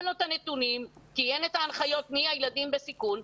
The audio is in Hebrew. אין לו את הנתונים כי אין את ההנחיות מי הילדים בסיכון,